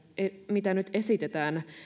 mitä nyt esitetään